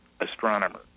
astronomer